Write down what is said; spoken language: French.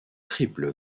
triple